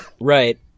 Right